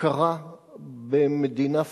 הכרה במדינה פלסטינית,